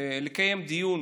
לקיים דיון